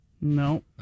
No